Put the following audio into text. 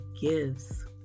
gives